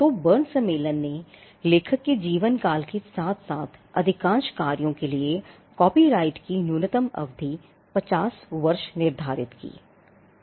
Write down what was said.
तो बर्न सम्मेलन ने लेखक के जीवनकाल के साथ साथ अधिकांश कार्यों के लिए कॉपीराइट की न्यूनतम अवधि 50 वर्ष निर्धारित की